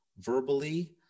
verbally